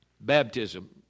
Baptism